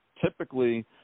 typically